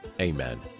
Amen